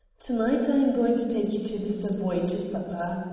to-night i am going to take you to the savoy to supper.